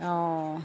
অঁ